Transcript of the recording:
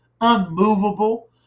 unmovable